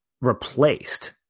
replaced